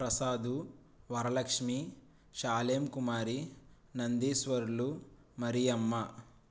ప్రసాదు వరలక్ష్మి షాలేం కుమారి నందీశ్వరులు మరియమ్మ